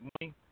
money